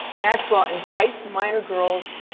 maxwell enticed minor girls,